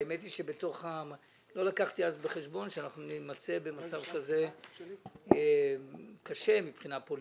האמת היא שלא לקחתי בחשבון שנימצא במצב כזה קשה מבחינה פוליטית,